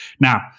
Now